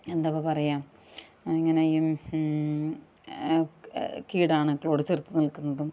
എന്തായിപ്പം പറയുക ഇങ്ങനെ ഈ കീടാണുക്കളോട് ചെറുത്ത് നിൽക്കുന്നതും